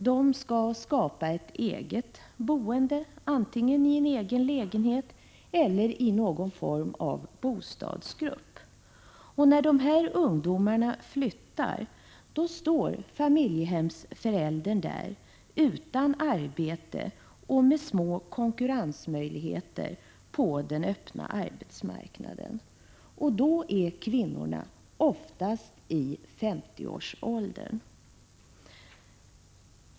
De skall skapa ett eget boende, antingen i den egna lägenheten eller i någon form av bostadsgrupp. När de här ungdomarna flyttar står familjehemsföräldern där utan ett arbete och med små konkurrensmöjligheter på den öppna arbetsmarknaden. Då är kvinnorna oftast i 50-årsåldern.